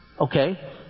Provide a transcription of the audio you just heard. Okay